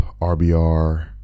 rbr